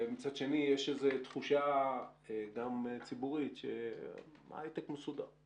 ומצד שני יש איזו תחושה גם ציבורית שההיי-טק מסודר.